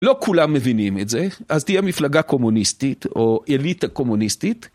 לא כולם מבינים את זה, אז תהיה מפלגה קומוניסטית או אליטה קומוניסטית,